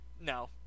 No